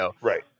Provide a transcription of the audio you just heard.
right